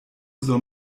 soll